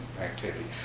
activity